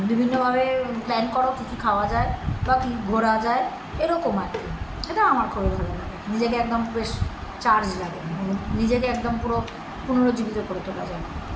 বিভিন্নভাবে প্ল্যান করো কী কী খাওয়া যায় বা কী ঘোরা যায় এরকম আর কি সেটা আমার খুবই ভাল লাগে নিজেকে একদম বেশ চার্জ লাগে নিজেকে একদম পুরো পুনর্জীবিত করে তোলা যায়